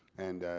and